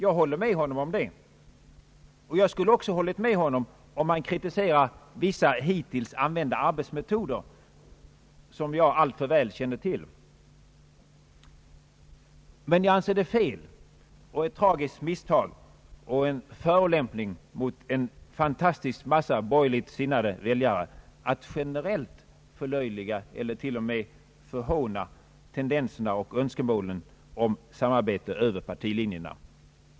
Jag håller med honom om detta och skulle även ha instämt om han kritiserat vissa hittills använda arbetsmetoder, som jag alltför väl känner till. Men jag anser det vara oriktigt, ett tragiskt misstag och en förolämpning mot en väldig massa borgerligt sinnade väljare, att generellt förlöjliga eller till och med förhåna tendenserna till och önskemålen om samarbete över partilinjerna.